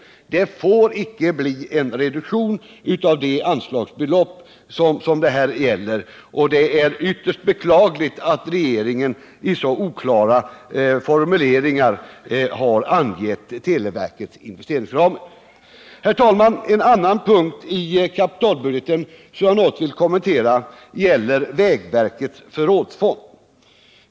Det får inte bli en reduktion av det anslagsbelopp som det gäller, och det är ytterst beklagligt att regeringen i så oklara formuleringar har angivit televerkets investeringsramar. Herr talman! En annan punkt i kapitalbudgeten som jag något vill kommentera gäller vägverkets förrådsfond.